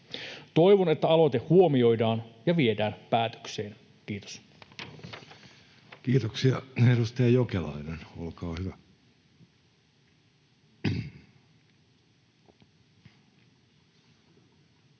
Toivon, että aloite huomioidaan ja viedään päätökseen. — Kiitos. Kiitoksia. — Edustaja Jokelainen, olkaa hyvä. Arvoisa